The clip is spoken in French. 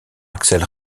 axel